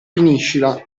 finiscila